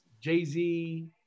Jay-Z